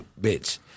bitch